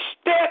step